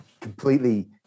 completely